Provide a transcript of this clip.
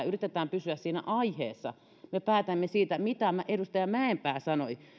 yritetään pysyä siinä aiheessa vaan nimenomaan me päätämme täällä siitä mitä edustaja mäenpää sanoi